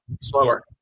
Slower